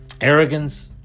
arrogance